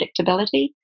predictability